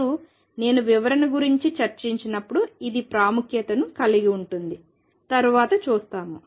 మరియు నేను వివరణ గురించి చర్చించినప్పుడు ఇది ప్రాముఖ్యతను కలిగి ఉంటుంది తరువాత చూస్తాము